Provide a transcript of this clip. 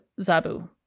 Zabu